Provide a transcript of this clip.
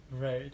Right